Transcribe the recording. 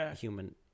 Human